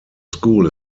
school